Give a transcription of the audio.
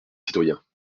citoyens